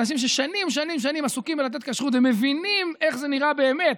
אנשים ששנים שנים שנים עסוקים בלתת כשרות ומבינים איך זה נראה באמת,